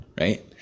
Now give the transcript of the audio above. right